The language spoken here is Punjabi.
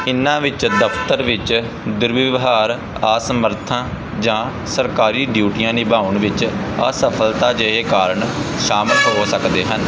ਇਨ੍ਹਾਂ ਵਿੱਚ ਦਫ਼ਤਰ ਵਿੱਚ ਦੁਰਵਿਵਹਾਰ ਆਸਮਰੱਥਾ ਜਾਂ ਸਰਕਾਰੀ ਡਿਊਟੀਆਂ ਨਿਭਾਉਣ ਵਿੱਚ ਅਸਫ਼ਲਤਾ ਜਿਹੇ ਕਾਰਨ ਸ਼ਾਮਲ ਹੋ ਸਕਦੇ ਹਨ